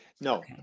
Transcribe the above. no